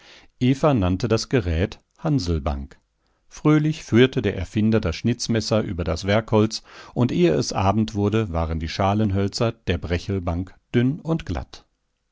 eva nannte das gerät hanslbank fröhlich führte der erfinder das schnitzmesser über das werkholz und ehe es abend wurde waren die schalenhölzer der brechelbank dünn und glatt